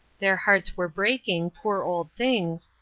their hearts were breaking, poor old things,